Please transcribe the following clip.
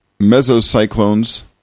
mesocyclones